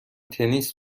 تنیس